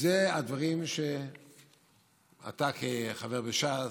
אלה הדברים שאתה כחבר בש"ס,